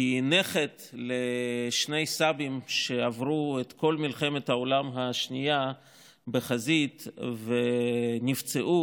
כנכד לשני סבים שעברו את כל מלחמת העולם השנייה בחזית ונפצעו,